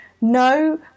no